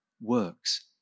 works